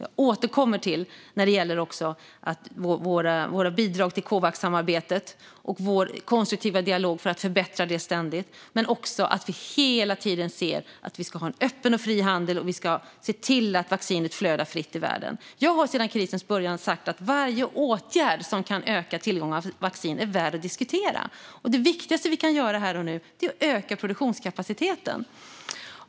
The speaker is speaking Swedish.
Jag återkommer till våra bidrag till Covaxsamarbetet och vår konstruktiva dialog för att ständigt förbättra det. Men det handlar också om att vi hela tiden ser att vi ska ha en öppen och fri handel. Vi ska se till att vaccinet flödar fritt i världen. Jag har sedan krisens början sagt att varje åtgärd som kan öka tillgången till vaccin är värd att diskutera. Det viktigaste vi kan göra här och nu är att öka produktionskapaciteten.